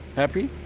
happy,